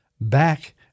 back